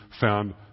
found